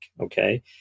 okay